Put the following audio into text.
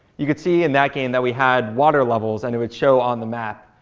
you could see in that game that we had water levels and it would show on the map.